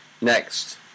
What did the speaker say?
next